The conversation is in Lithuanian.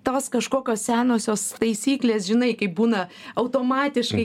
tos kažkokios senosios taisyklės žinai kaip būna automatiškai